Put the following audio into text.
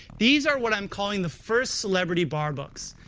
these are what i'm calling the first celebrity bar books.